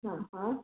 हाँ हाँ